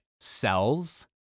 cells